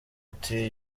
ati